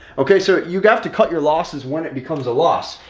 okay, so you got to cut your losses when it becomes a loss.